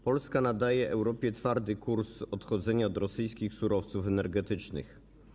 Polska nadaje Europie twardy kurs odchodzenia od rosyjskich surowców energetycznych.